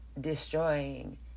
destroying